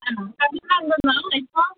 ആ മാം നാളെയല്ലേ എക്സാം